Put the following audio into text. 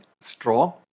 straw